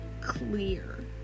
Clear